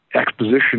exposition